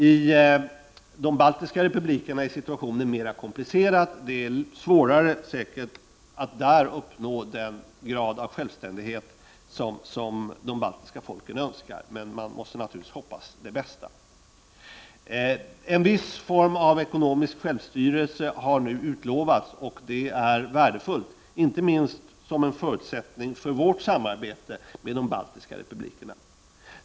I de baltiska republikerna är situationen mer komplicerad. Det är svårare att där uppnå den grad av självständighet som de baltiska folken önskar. Men man får hoppas på det bästa. En viss form av ekonomisk självstyrelse har nu utlovats, och det är värdefullt inte minst som en förutsättning för vårt samarbete med de baltiska repu blikerna.